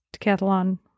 decathlon